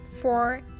four